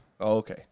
Okay